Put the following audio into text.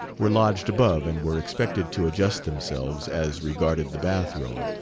were lodged above and were expected to adjust themselves, as regarded the bathroom,